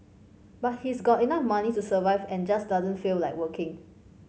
but he's got enough money to survive and just doesn't feel like working